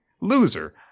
Loser